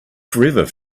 forever